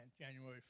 January